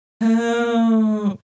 help